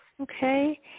Okay